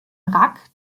rack